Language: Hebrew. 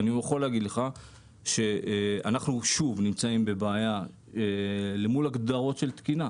אני יכול להגיד לך שאנחנו שוב נמצאים בבעיה למול הגדרות של תקינה.